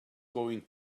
going